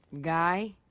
Guy